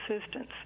assistance